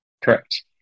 Correct